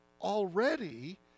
already